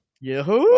Yahoo